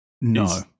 No